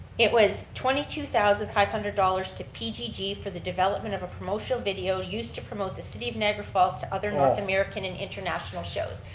it was twenty two thousand five hundred dollars to pgg for the development of a promotional video used to promote the city of niagara falls to other north american and international shows.